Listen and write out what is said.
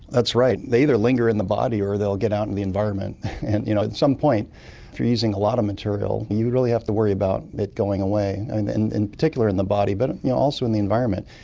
that's right, they either linger in the body or they'll get out in the environment. and you know at some point, if you're using a lot of material, you really have to worry about it going away, and in in particular in the body, but and you know also in the environment.